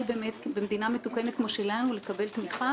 במדינה מתוקנת כמו שלנו לקבל תמיכה.